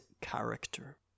character